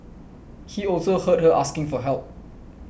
he also heard her asking for help